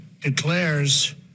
declares